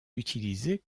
utilisée